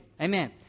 Amen